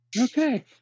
Okay